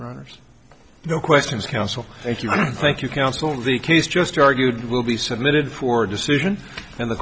honor's no questions counsel thank you thank you counsel the case just argued will be submitted for decision and the